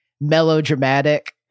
melodramatic